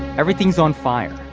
everything's on fire.